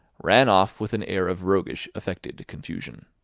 ran off with an air of roguish affected confusion.